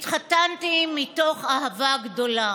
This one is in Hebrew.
התחתנתי מתוך אהבה גדולה,